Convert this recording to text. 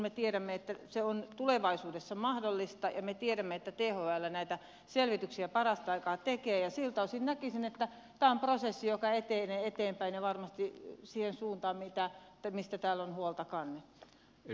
me tiedämme että se on tulevaisuudessa mahdollista ja me tiedämme että thl näitä selvityksiä parasta aikaa tekee ja siltä osin näkisin että tämä on prosessi joka etenee eteenpäin ja varmasti siihen suuntaan mistä täällä on huolta kannettu